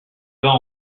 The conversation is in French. vas